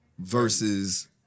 versus